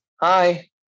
Hi